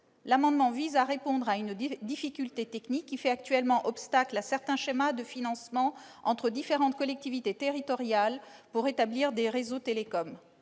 s'agit ainsi de résoudre une difficulté technique, qui fait actuellement obstacle à certains schémas de financement entre différentes collectivités territoriales pour établir des réseaux de